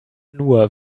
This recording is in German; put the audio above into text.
nur